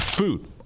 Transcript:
Food